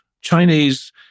Chinese